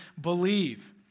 believe